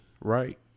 right